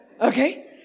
Okay